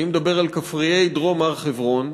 אני מדבר על כפרי דרום הר-חברון,